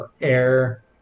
air